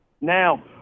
Now –